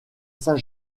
saint